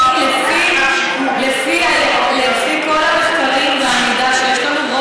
לפי כל המחקרים והמידע שיש לנו,